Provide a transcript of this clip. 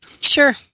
Sure